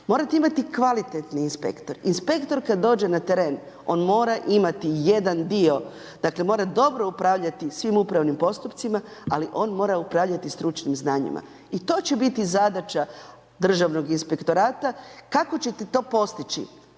Morte imati kvalitetni inspektor, inspektor kad dođe na teren on mora imati jedan dio, dakle mora dobro upravljati svim upravnim postupcima, ali on mora upravljati stručnim znanjima. I to će biti zadaća Državnog inspektorata, kako ćete to postići